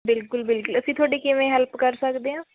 ਬਿਲਕੁੱਲ ਬਿਲਕੁੱਲ ਅਸੀਂ ਤੁਹਾਡੀ ਕਿਵੇਂ ਹੈਲਪ ਕਰ ਸਕਦੇ ਆ